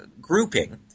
grouping